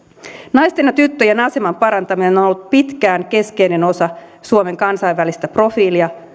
naisten ja tyttöjen aseman parantaminen on ollut pitkään keskeinen osa suomen kansainvälistä profiilia